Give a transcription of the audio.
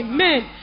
Amen